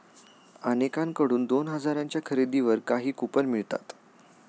अनेकांकडून दोन हजारांच्या खरेदीवर काही कूपन मिळतात